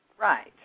Right